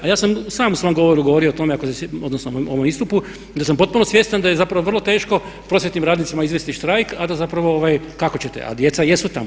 A ja sam sam u svom govoru govorio o tome, odnosno u mom istupu da sam potpuno svjestan da je zapravo vrlo teško prosvjetnim radnicima izvesti štrajk a da zapravo kako ćete, a djeca jesu tamo.